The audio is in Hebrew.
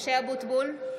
משה אבוטבול,